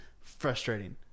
frustrating